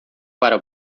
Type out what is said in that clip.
para